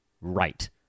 right